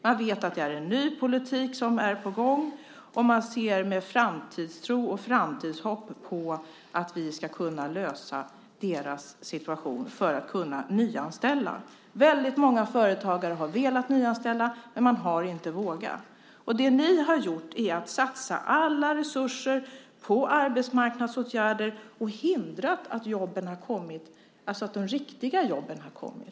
Man vet att det är en ny politik på gång, och man ser med framtidstro och framtidshopp på att vi ska kunna lösa deras situation för att kunna nyanställa. Väldigt många företagare har velat nyanställa men har inte vågat. Det ni gjorde var att satsa alla resurser på arbetsmarknadsåtgärder och därmed hindra de riktiga jobben från att komma.